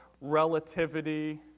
relativity